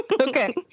Okay